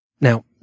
Now